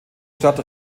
stadt